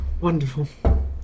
wonderful